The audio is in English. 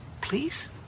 please